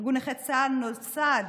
ארגון נכי צה"ל נוסד